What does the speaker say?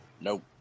Nope